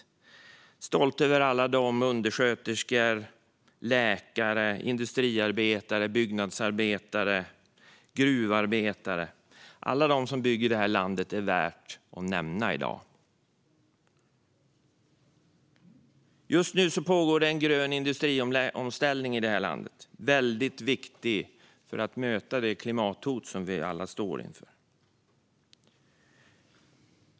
Jag är stolt över alla undersköterskor, läkare, industriarbetare, byggnadsarbetare och gruvarbetare - alla de som bygger det här landet är värda att nämna i dag. Just nu pågår en grön industriomställning i det här landet, som är väldigt viktig för att möta det klimathot vi alla står inför.